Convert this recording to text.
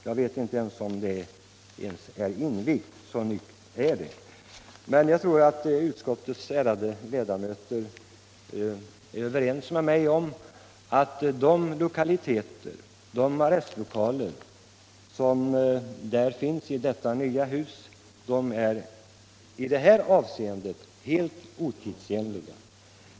Jag vet inte om det ens är invigt, så nytt är det, men jag tror att utskottets ärade ledamöter är överens med mig om att de arrestlokaler som finns i detta nya hus i det här avscendet är helt otidsenliga.